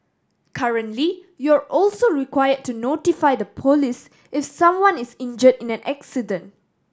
currently you're also require to notify the police if someone is injure in an accident